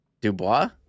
Dubois